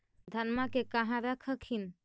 धनमा के कहा रख हखिन?